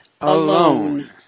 alone